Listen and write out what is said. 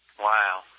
Wow